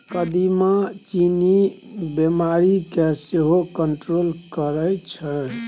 कदीमा चीन्नी बीमारी केँ सेहो कंट्रोल करय छै